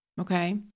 Okay